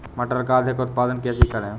मटर का अधिक उत्पादन कैसे करें?